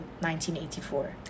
1984